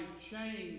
change